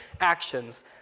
actions